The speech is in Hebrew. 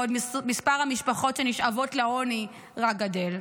בעוד שמספר המשפחות שנשאבות לעוני רק גדל.